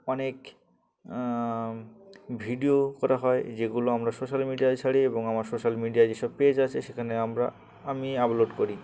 অনেক ভিডিও করা হয় যেগুলো আমরা সোশ্যাল মিডিয়ায় ছাড়ি এবং আমার সোশ্যাল মিডিয়ায় যেসব পেজ আছে সেখানে আমরা আমি আপলোড করি